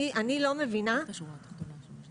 אני לא מבינה איך,